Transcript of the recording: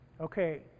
Okay